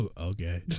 Okay